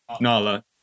Nala